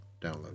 download